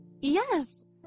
Yes